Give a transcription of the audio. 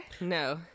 No